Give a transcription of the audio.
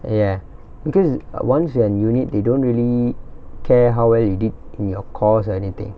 ya because once you are in unit they don't really care how well you did in your course or anything